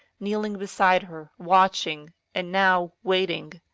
kneeling beside her, watching, and now waiting.